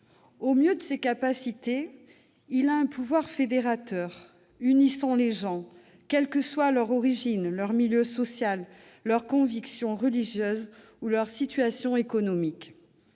Au mieux de ses capacités, il a un pouvoir fédérateur, unissant les gens, quels que soient leur origine, leur milieu social, leurs convictions religieuses ou leur situation économique